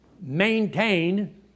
maintain